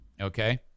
Okay